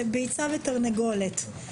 זה ביצה ותרנגולת.